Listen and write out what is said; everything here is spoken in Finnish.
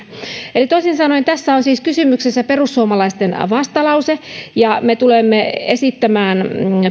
toisin sanoen tässä on siis kysymyksessä perussuomalaisten vastalause me tulemme esittämään